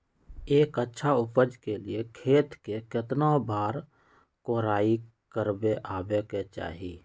एक अच्छा उपज के लिए खेत के केतना बार कओराई करबआबे के चाहि?